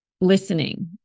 listening